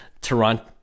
Toronto